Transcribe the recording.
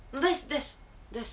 that's that's that's